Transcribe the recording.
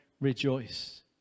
rejoice